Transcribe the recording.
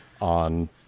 on